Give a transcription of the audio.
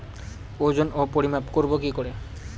ওজন ও পরিমাপ করব কি করে?